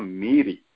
miri